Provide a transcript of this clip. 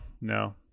No